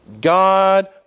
God